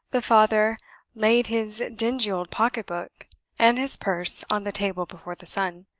the father laid his dingy old pocket-book and his purse on the table before the son.